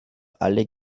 alle